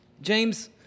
James